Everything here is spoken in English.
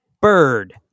bird